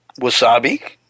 wasabi